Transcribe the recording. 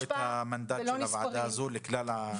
לכן הרחבנו את המנדט של הוועדה הזאת לכלל תאונות העבודה.